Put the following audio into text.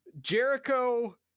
Jericho